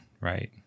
right